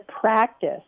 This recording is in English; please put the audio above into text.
practice